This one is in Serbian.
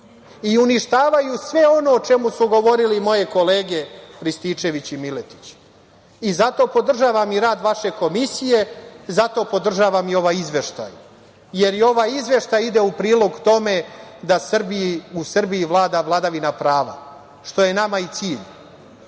i uništavaju sve ono o čemu su govorile moje kolege Rističević i Miletić. Zato podržavam rad i vaše komisije, zato podržavam i ovaj izveštaj, jer i ovaj izveštaj ide u prilog tome da u Srbiji vlada vladavina prava, što je nama i cilj.